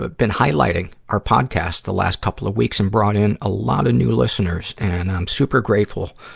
but been highlighting our podcast the last couple of weeks and brought in a lot of new listeners. and i'm super grateful,